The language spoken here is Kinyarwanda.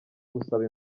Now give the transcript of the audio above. gusaba